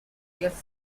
yes